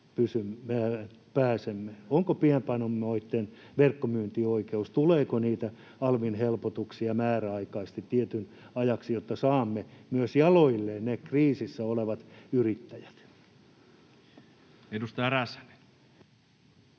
Onko pienpanimoitten verkkomyyntioikeus, tuleeko niitä alvin helpotuksia määräaikaisesti tietyksi ajaksi, jotta myös saamme jaloilleen ne kriisissä olevat yrittäjät? Edustaja Räsänen.